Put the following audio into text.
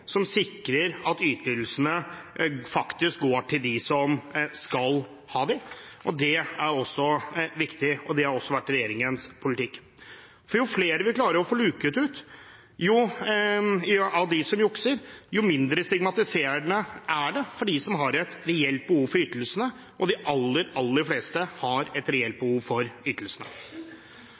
som sikrer at ytelsene faktisk går til dem som skal ha dem. Det er også viktig, og det har også vært regjeringens politikk. Jo flere vi klarer å få luket ut av dem som jukser, jo mindre stigmatiserende er det for dem som har et reelt behov for ytelsene. Og de aller, aller fleste har et reelt behov for ytelsene.